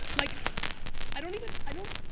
like i don't even. i don't.